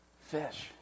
Fish